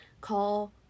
call